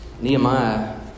Nehemiah